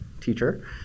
teacher